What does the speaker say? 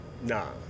Nah